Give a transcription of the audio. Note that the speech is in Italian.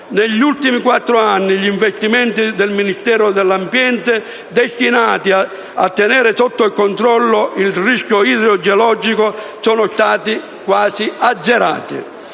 Negli ultimi quattro anni, gli investimenti del Ministero dell'ambiente destinati a tenere sotto controllo il rischio idrogeologico sono stati quasi azzerati.